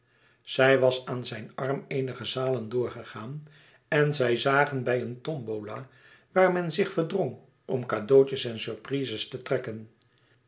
zij was aan zijn arm eenige zalen door gegaan en zij zagen bij een tombola waar men zich verdrong om cadeautjes en surprises te trekken